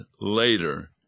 later